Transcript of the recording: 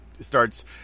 starts